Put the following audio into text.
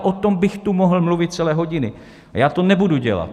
O tom bych tu mohl mluvit celé hodiny, a já to nebudu dělat.